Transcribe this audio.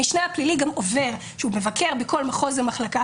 המשנה הפלילי עובר כשהוא מבקר בכל מחוז ומחלקה